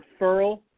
referral